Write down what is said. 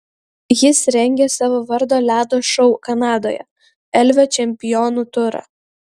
jis rengia savo vardo ledo šou kanadoje elvio čempionų turą